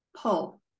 pull